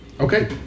Okay